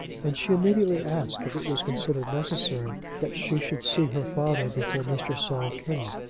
and she immediately asked if it was considered necessary that she should see her father before mr. saul came.